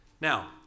Now